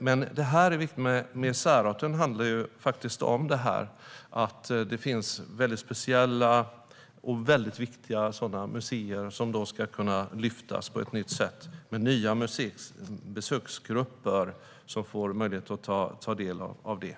Men detta med särart handlar faktiskt om att det finns mycket speciella och viktiga sådana museer som ska kunna lyftas fram på ett nytt sätt så att nya besöksgrupper får möjlighet att ta del av dem.